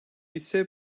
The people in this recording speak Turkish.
ise